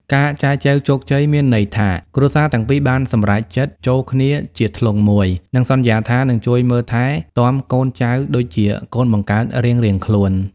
ការចែចូវជោគជ័យមានន័យថា គ្រួសារទាំងពីរបានសម្រេចចិត្ត "ចូលគ្នាជាធ្លុងមួយ" និងសន្យាថានឹងជួយមើលថែទាំកូនចៅដូចជាកូនបង្កើតរៀងៗខ្លួន។